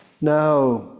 Now